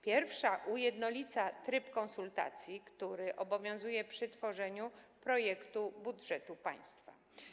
Pierwsza ujednolica tryb konsultacji, który obowiązuje przy tworzeniu projektu budżetu państwa.